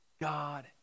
God